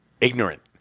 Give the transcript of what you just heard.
Ignorant